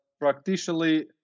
practically